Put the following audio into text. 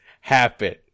happen